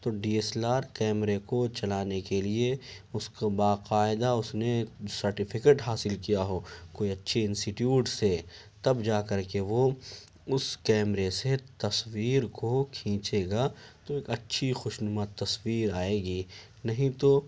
تو D S L R کیمرے کو چلانے کے لیے اس کو باقاعدہ اس نے سرٹیفکٹ حاصل کیا ہو کوئی اچھی انسٹیٹیوٹ سے تب جا کر کے وہ اس کیمرے سے تصویر کو کھینچے گا تو ایک اچھی خوش نما تصویر آئے گی نہیں تو